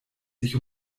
sich